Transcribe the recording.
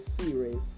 series